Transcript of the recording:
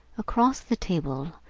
across the table,